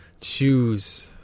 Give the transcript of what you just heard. Choose